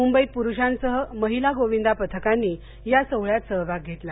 मुंबईत प्रुषांसह महिला गोविंदा पथकांनी या सोहळ्यात सहभाग घेतला